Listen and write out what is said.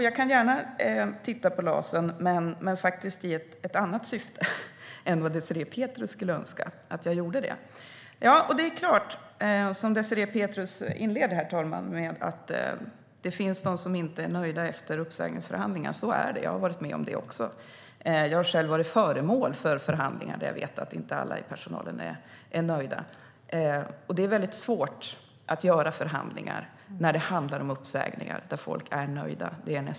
Jag ser gärna över LAS men i ett annat syfte än vad Désirée Pethrus önskar. Herr talman! Désirée Pethrus inledde med att det finns de som inte är nöjda efter uppsägningsförhandlingar. Så är det. Jag har varit med om det och varit föremål för förhandlingar där jag vet att inte alla i personalen var nöjda. Men det är nästan omöjligt att driva uppsägningsförhandlingar där folk blir nöjda.